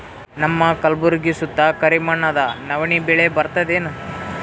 ನಮ್ಮ ಕಲ್ಬುರ್ಗಿ ಸುತ್ತ ಕರಿ ಮಣ್ಣದ ನವಣಿ ಬೇಳಿ ಬರ್ತದೇನು?